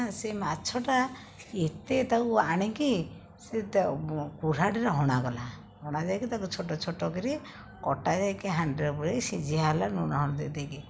ସେ ମାଛଟା ଏତେ ତାକୁ ଆଣିକି ସେ ତା କୁରାଢ଼ିରେ ହଣାଗଲା ହଣା ଯାଇକି ତାକୁ ଛୋଟ ଛୋଟ କରି କଟା ଯାଇକି ହାଣ୍ଡିରେ ପୁରା ଇକି ସିଝିଆ ହେଲା ଲୁଣ ହଳଦୀ ଦେଇକି